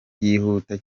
yihuta